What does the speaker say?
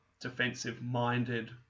defensive-minded